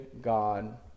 God